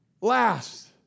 last